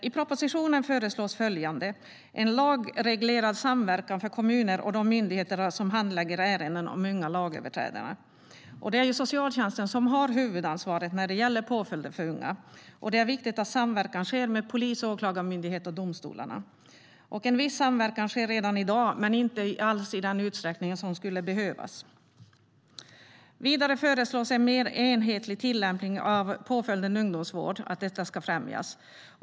I propositionen föreslås en lagreglerad samverkan för kommuner och de myndigheter som handlägger ärenden om unga lagöverträdare. Det är socialtjänsten som har huvudansvaret när det gäller påföljder för unga. Det är viktigt att samverkan sker med polis, åklagarmyndighet och domstolarna. En viss samverkan sker redan i dag men inte alls i den utsträckningen som skulle behövas. Vidare föreslås att en mer enhetlig tillämpning av påföljden ungdomsvård ska främjas.